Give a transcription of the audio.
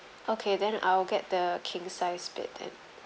okay then I'll get the king size bed then